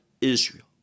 israel